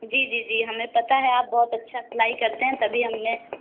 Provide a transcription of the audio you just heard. جی جی جی ہمیں پتہ ہے آپ بہت اچھا سلائی کرتے ہیں تبھی ہم نے